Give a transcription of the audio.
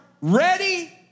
ready